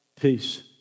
peace